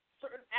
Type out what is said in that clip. certain